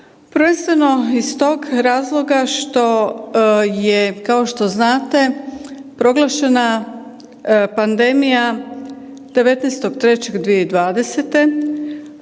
prvenstveno iz tog razloga što je kao što znate proglašena pandemija 19.3.2020.,